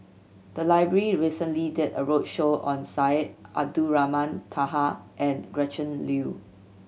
the library recently did a roadshow on Syed Abdulrahman Taha and Gretchen Liu